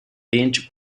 lynch